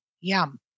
Yum